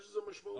יש לזה משמעות